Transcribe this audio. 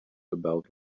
about